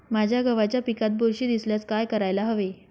माझ्या गव्हाच्या पिकात बुरशी दिसल्यास काय करायला हवे?